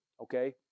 okay